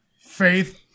Faith